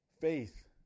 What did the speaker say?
Faith